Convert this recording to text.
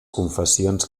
confessions